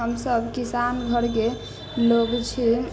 हमसभ किसान घरके लोक छी